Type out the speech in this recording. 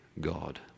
God